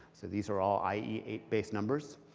so these are all i e eight based numbers.